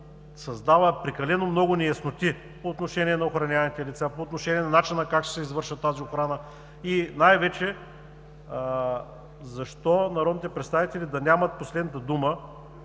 създава прекалено много неясноти по отношение на охраняемите лица – по отношение на начина как ще се извършва тази охрана, и най-вече защо народните представители да нямат последната дума,